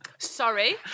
Sorry